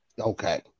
okay